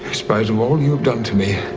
exposure of all you have done to me.